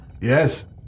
Yes